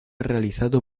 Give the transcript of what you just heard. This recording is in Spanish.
realizado